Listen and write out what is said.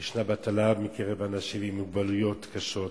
יש אבטלה בקרב אנשים עם מוגבלויות קשות,